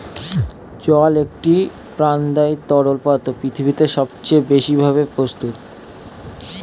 জল একটি প্রাণদায়ী তরল পদার্থ পৃথিবীতে সবচেয়ে বেশি ভাবে প্রস্তুত